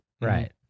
Right